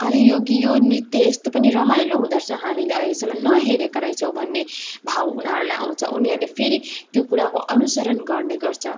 अरे यो गी नृत्य यस्तो पनि रमाइलो हुँदोरहेछ हामीले अहिलेसम्म नहेरेका रहेछौँ भन्ने भाव उनीहरूलाई आउँछ उनीहरूले फेरि त्यो कुराको अनुसरण गर्ने गर्छ